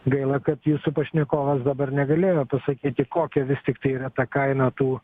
gaila kad jūsų pašnekovas dabar negalėjo pasakyti kokia vis tiktai yra ta kaina tų